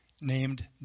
named